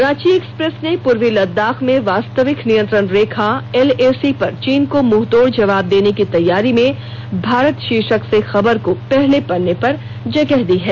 Ranchi express ने पूर्वी लद्दाख में वास्तविक नियंत्रण रेखा एलएसी पर चीन को मुंहतोड़ जवाब देने की तैयारी में भारत शीर्षक से खबर को पहले पन्ने पर जगह दी है